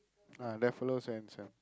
ah that fella also handsome